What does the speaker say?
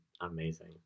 amazing